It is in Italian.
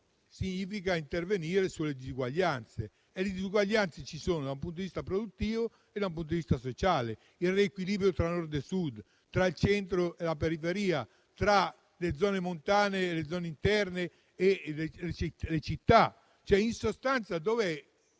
significa intervenire sulle disuguaglianze; disuguaglianze che ci sono, da un punto di vista produttivo e da un punto di vista sociale: il riequilibrio tra Nord e Sud, tra il centro e la periferia, tra le zone montane, le zone interne e le città. In sostanza,